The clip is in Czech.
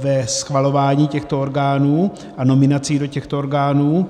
ve schvalování těchto orgánů a nominací do těchto orgánů.